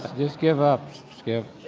just give up, skip.